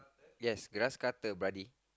yes grass cutter buddy